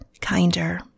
kinder